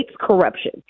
corruption